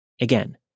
Again